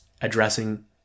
addressing